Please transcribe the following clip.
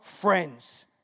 friends